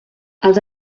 els